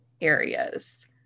areas